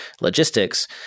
logistics